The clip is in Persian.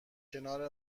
کنار